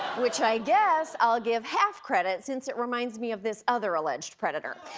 which i guess i'll give half-credit since it reminds me of this other alleged predator.